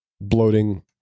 bloating